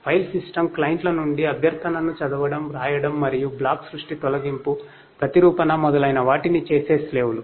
file systems క్లయింట్ల నుండి అభ్యర్ధనను చదవడం వ్రాయడం మరియు బ్లాక్ సృష్టి తొలగింపు ప్రతిరూపణ మొదలైన వాటిని చేసే స్లేవ్ లు